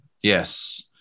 yes